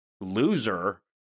loser